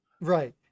Right